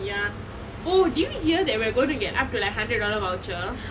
ya oh oh did you hear that we're going to get up to like hundred dollar voucher